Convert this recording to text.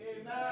amen